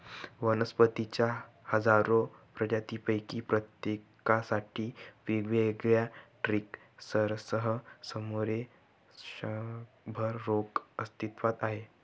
वनस्पतींच्या हजारो प्रजातींपैकी प्रत्येकासाठी वेगवेगळ्या ट्रिगर्ससह सुमारे शंभर रोग अस्तित्वात आहेत